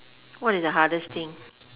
what is the hardest thing